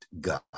God